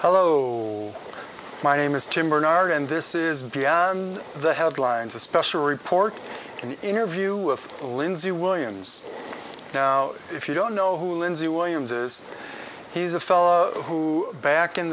hello my name is tim bernard and this is beyond the headlines a special report an interview with lindsey williams now if you don't know who lindsay williams is he's a fellow who back in